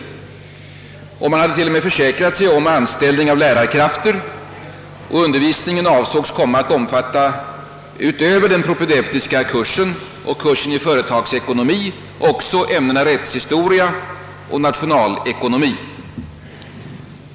Konsistoriet har t.o.m. försäkrat sig om anställning av lärarkrafter, och undervisningen avsågs omfatta utöver den propedeutiska kursen och kursen i företagsekonomi också ämnena rättshistoria och nationalekonomi.